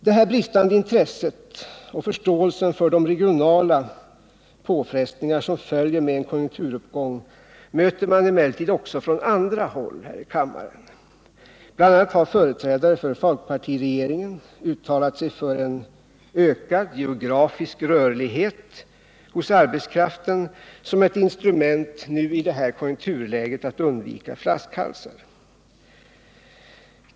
Det här bristande intresset och förståelsen för de regionala påfrestningar som följer med en konjunkturuppgång möter man emellertid också från andra håll här i kammaren. Bl.a. har företrädare för folkpartiregeringen uttalat sig för en ökad geografisk rörlighet hos arbetskraften som ett instrument att i det här konjunkturläget undvika flaskhalsar.